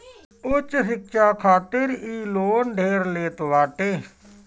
उच्च शिक्षा खातिर इ लोन ढेर लेत बाटे